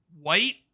white